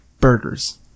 burgers